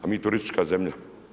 A mi turistička zemlja.